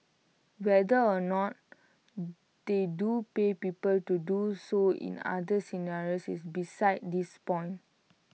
whether or not they do pay people to do so in other scenarios is besides this point